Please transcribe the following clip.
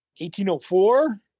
1804